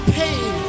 pain